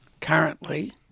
currently